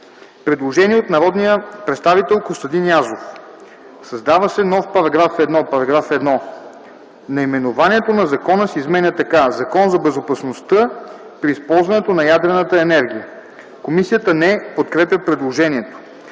Предложение от народния представител Костадин Язов - създава се нов § 1: „§ 1. Наименованието на закона се изменя така: „Закон за безопасността при използването на ядрената енергия”. Комисията не подкрепя предложението.